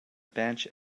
bench